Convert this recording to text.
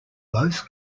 both